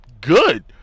good